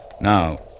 Now